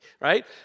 right